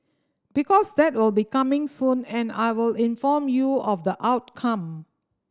because that will be coming soon and I will inform you of the outcome